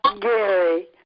Gary